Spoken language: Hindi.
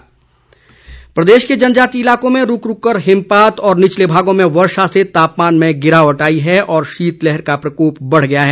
मौसम प्रदेश के जनजातीय इलाकों में रूक रूक कर हिमपात और निचले भागों में वर्षा से तापमान में गिरावट आई है और शीतलहर का प्रकोप बढ़ गया है